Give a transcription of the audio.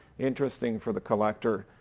interesting for the collector,